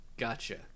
Gotcha